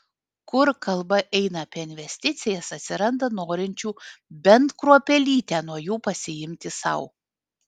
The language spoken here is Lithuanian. kur kalba eina apie investicijas atsiranda norinčių bent kruopelytę nuo jų pasiimti sau